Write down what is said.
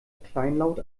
kleinlaut